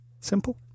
Simple